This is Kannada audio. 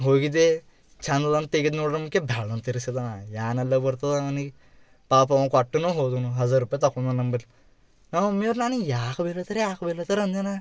ಹೋಗಿದ್ದೆ ಚಂದ ಅದ ಅಂತ ತೆಗೆದು ನೋಡಿದಂಬಕೆ ಬ್ಯಾಡಾಂತ ಇರಿಸಿದ ಅಣ್ಣ ಏನೆಲ್ಲ ಬರ್ತದೋ ನನಗಿ ಪಾಪ ಅವ ಕೊಟ್ಟನು ಹೋದನು ಹಝಾರ್ ರುಪಾಯಿ ತಗೊಂಡನು ನಂಬಲ್ಲಿ ನಮ್ಮ ಮಮ್ಮಿಯವ್ರ್ ನನಿಗೆ ಯಾಕೆ ಬೈಯಲತ್ತರೆ ಯಾಕೆ ಬೈಯಲತ್ತರೆ ಅಂದೆ ನಾ